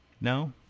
No